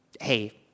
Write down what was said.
Hey